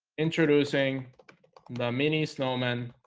introducing the mini snowmen